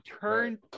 turn